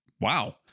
wow